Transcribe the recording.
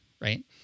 right